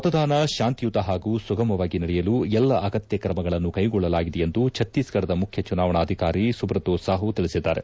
ಮತದಾನ ಶಾಂತಿಯುತ ಪಾಗೂ ಸುಗಮವಾಗಿ ನಡೆಯಲು ಎಲ್ಲ ಅಗತ್ತ ಕ್ರಮಗಳನ್ನು ಕೈಗೊಳ್ಳಲಾಗಿದೆ ಎಂದು ಭಕ್ತೀಸ್ಗಢದ ಮುಖ್ತ ಚುನಾವಣಾಧಿಕಾರಿ ಸುಬ್ರತ್ ಸಾಹೋ ತಿಳಿಸಿದ್ದಾರೆ